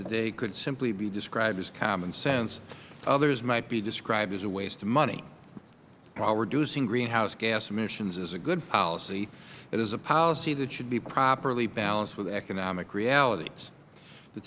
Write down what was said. today could simply be described as common sense others might be described as a waste of money while reducing greenhouse gas emissions is a good policy it is a policy that should be properly balanced with economic realities the